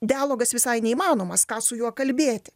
dialogas visai neįmanomas ką su juo kalbėti